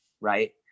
Right